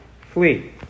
flee